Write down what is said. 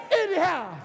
anyhow